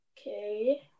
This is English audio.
Okay